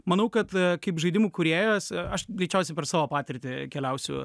manau kad kaip žaidimų kūrėjas aš greičiausiai per savo patirtį keliausiu